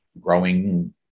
growing